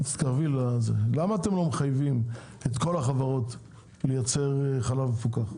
למה אתם לא מחייבים את כל החברות לייצר חלב מפוקח?